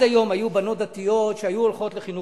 היום החליטה ועדת שרים לחקיקה,